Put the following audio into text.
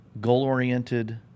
goal-oriented